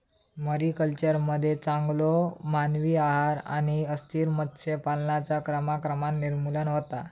मरीकल्चरमध्ये चांगलो मानवी आहार आणि अस्थिर मत्स्य पालनाचा क्रमाक्रमान निर्मूलन होता